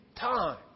time